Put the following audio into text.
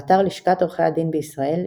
באתר לשכת עורכי הדין בישראל,